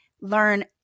learn